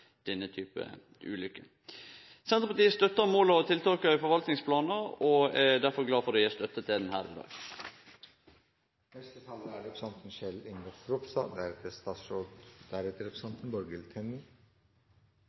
denne typen ulykker. Senterpartiet støttar måla og tiltaka i forvaltningsplanen, og er derfor glad for å gi støtte til den her i